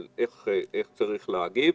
איך צריך להגיב.